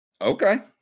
Okay